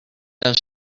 does